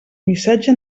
missatge